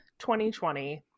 2020